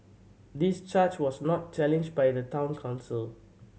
this charge was not challenged by the Town Council